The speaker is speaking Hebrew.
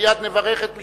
מייד נברך את משלחתך,